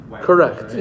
correct